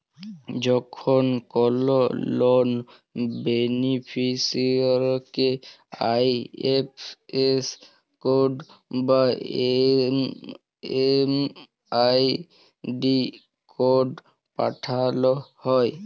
যখন কল লন বেনিফিসিরইকে আই.এফ.এস কড বা এম.এম.আই.ডি কড পাঠাল হ্যয়